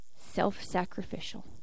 Self-sacrificial